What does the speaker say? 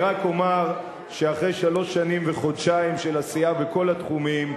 אני רק אומר שאחרי שלוש שנים וחודשיים של עשייה בכל התחומים,